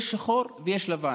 יש שחור ויש לבן.